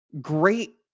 great